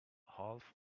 half